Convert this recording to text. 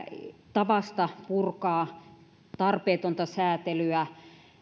tavasta purkaa tarpeetonta säätelyä